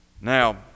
Now